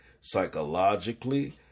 psychologically